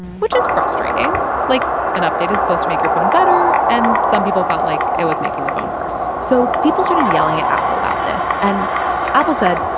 which is frustrating. like, an update is supposed to make your phone better. and some people felt like it was making the phone worse. so people started yelling at apple about this. and apple said,